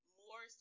more